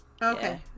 Okay